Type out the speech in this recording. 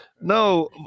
No